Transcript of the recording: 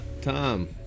Tom